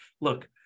Look